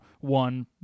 one